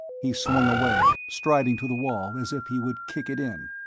he swung away, striding to the wall as if he would kick it in,